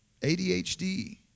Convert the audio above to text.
ADHD